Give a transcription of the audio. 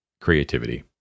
creativity